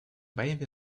wavy